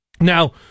Now